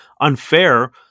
unfair